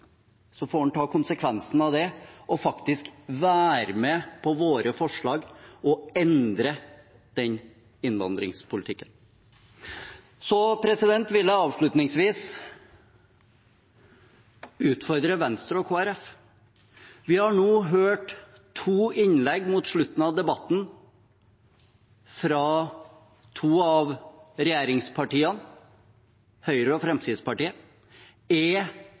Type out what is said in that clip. får man ta konsekvensen av det og faktisk være med på våre forslag og endre innvandringspolitikken. Så vil jeg avslutningsvis utfordre Venstre og Kristelig Folkeparti. Vi har nå hørt to innlegg mot slutten av debatten fra to av regjeringspartiene, Høyre og Fremskrittspartiet. Er